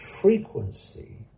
frequency